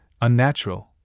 unnatural